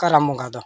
ᱠᱟᱨᱟᱢ ᱵᱚᱸᱜᱟ ᱫᱚ